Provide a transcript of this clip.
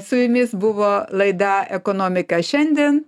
su jumis buvo laida ekonomika šiandien